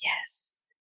yes